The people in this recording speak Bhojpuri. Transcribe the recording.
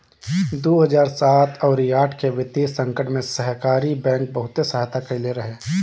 दू हजार सात अउरी आठ के वित्तीय संकट में सहकारी बैंक बहुते सहायता कईले रहे